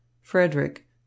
Frederick